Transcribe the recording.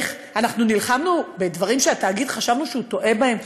אנחנו נלחמנו בדברים שחשבנו שהתאגיד טועה בהם,